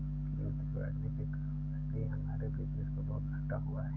कीमतें बढ़ने के कारण पहले ही हमारे बिज़नेस को बहुत घाटा हुआ है